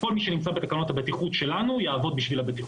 כל מי שנמצא בתקנות הבטיחות שלנו יעבוד בשביל הבטיחות.